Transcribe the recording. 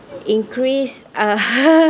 increase